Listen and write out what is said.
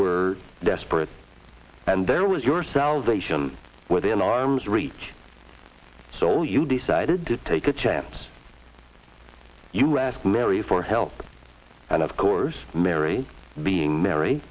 were desperate and there was your salvation within arm's reach thole you decided to take a chance you're asked mary for help and of course mary being mar